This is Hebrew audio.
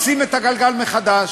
תבקש שיעור מאראל מרגלית,